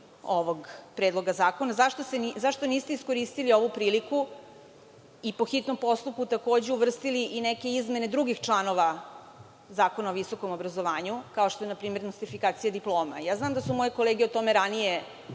ovog predloga zakona. Zašto niste iskoristili ovu priliku i po hitnom postupku takođe uvrstili i neke izmene drugih članova Zakona o visokom obrazovanju, kao što je npr. nostrifikacija diploma? Znam da su moje kolege o tome ranije